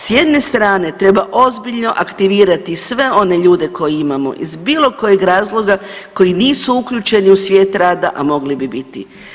S jedne strane treba ozbiljno aktivirati sve one ljude koje imamo iz bilo kojeg razloga koji nisu uključeni u svijet rada, a mogli bi biti.